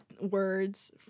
words